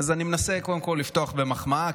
אני מנסה קודם כול לפתוח במחמאה,